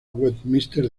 westminster